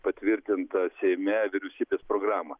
patvirtintą seime vyriausybės programą